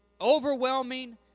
overwhelming